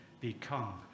become